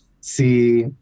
see